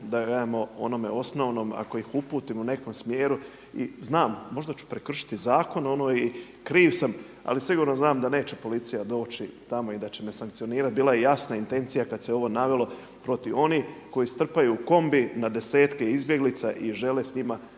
da … onome osnovnom ako ih uputim u nekom smjeru i znam možda ću prekršiti zakon, kriv sam ali sigurno znam da neće policija doći tamo i da će me sankcionirati. Bila je jasna intencija kad se ovo navelo protiv onih koji strpaju u kombi na desetke izbjeglica i žele s njima onda